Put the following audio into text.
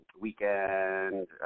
Weekend